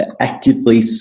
actively